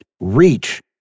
reach